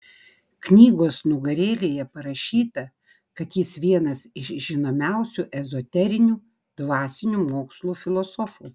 knygos nugarėlėje parašyta kad jis vienas iš žinomiausių ezoterinių dvasinių mokslų filosofų